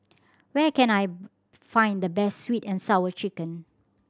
where can I find the best Sweet And Sour Chicken